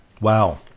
Wow